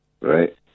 Right